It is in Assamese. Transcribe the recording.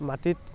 মাটিত